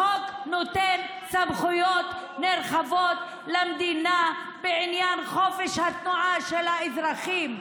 החוק נותן סמכויות נרחבות למדינה בעניין חופש התנועה של האזרחים.